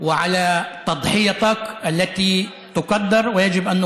הטובות ועל הדרך שבה אתה מציג את הנושאים ומתפקד.